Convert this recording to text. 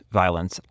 violence